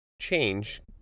change